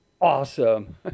awesome